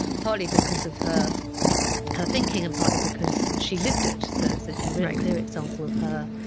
partly because of her her thinking, and partly because she lived it, so it's a really clear example of her